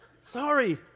sorry